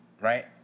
right